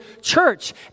church